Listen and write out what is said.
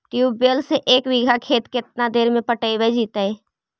Tubewell से एक बिघा खेत केतना देर में पटैबए जितै?